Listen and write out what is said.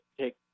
take